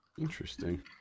Interesting